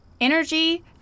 energy